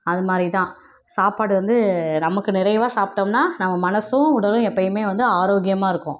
அது மாதிரிதான் சாப்பாடு வந்து நமக்கு நிறைவாக சாப்டோம்னா நம்ம மனதும் உடலும் எப்பவுமே வந்து ஆரோக்கியமாக இருக்கும்